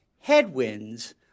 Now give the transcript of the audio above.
headwinds